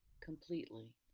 completely